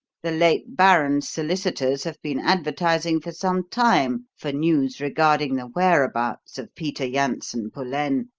the late baron's solicitors have been advertising for some time for news regarding the whereabouts of peter janssen pullaine,